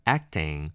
Acting